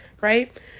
right